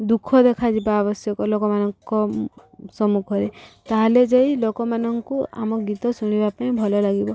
ଦୁଃଖ ଦେଖାଯିବା ଆବଶ୍ୟକ ଲୋକମାନଙ୍କ ସମ୍ମୁଖରେ ତାହେଲେ ଯାଇ ଲୋକମାନଙ୍କୁ ଆମ ଗୀତ ଶୁଣିବା ପାଇଁ ଭଲ ଲାଗିବ